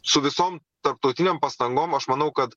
su visom tarptautinėm pastangom aš manau kad